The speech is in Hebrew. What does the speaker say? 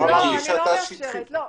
אני לא מאפשרת את זה,